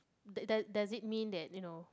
the does does it mean that you know